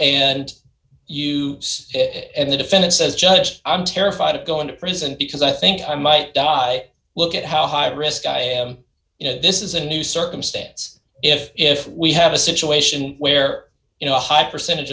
it and the defendant says just i'm terrified of going to prison because i think i might die look at how high risk i am you know this is a new circumstance if we have a situation where you know a high percentage